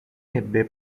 ebbe